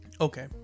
okay